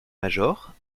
major